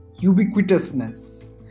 ubiquitousness